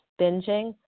binging